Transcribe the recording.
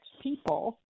people